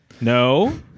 No